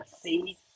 see